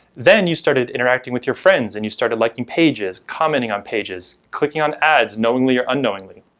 then you started interacting with your friends and you started liking pages, commenting on pages, clicking on ads knowingly or unknowingly.